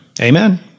Amen